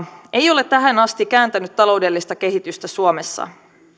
ei ole tähän asti kääntänyt taloudellista kehitystä suomessa